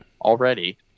already